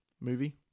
movie